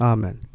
Amen